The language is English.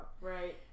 right